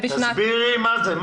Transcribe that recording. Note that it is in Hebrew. תסבירי מה זה.